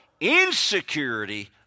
insecurity